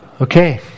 Okay